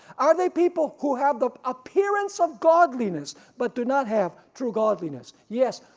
are they people who have the appearance of godliness but do not have true godliness, yes.